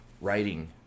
Writing